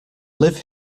live